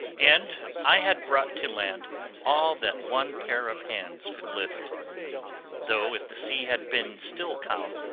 and i had brought to land all that one pair of hands could lift though if the sea had been still calm,